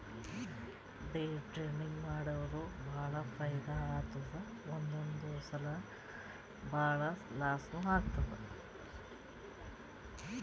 day trading ಮಾಡುರ್ ಭಾಳ ಫೈದಾ ಆತ್ತುದ್ ಒಂದೊಂದ್ ಸಲಾ ಭಾಳ ಲಾಸ್ನೂ ಆತ್ತುದ್